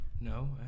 No